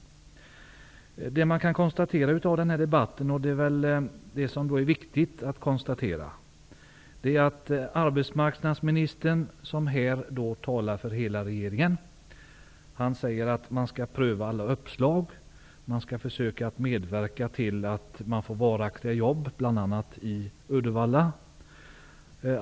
Man kan konstatera av denna debatt, och det är viktigt, att arbetsmarknadsministern -- som här talar för hela regeringen -- säger att man skall pröva alla uppslag, försöka medverka till varaktiga jobb bl.a. i Uddevalla.